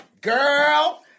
girl